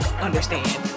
understand